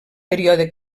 període